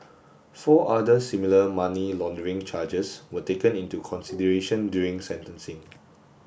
four other similar money laundering charges were taken into consideration during sentencing